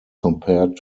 compared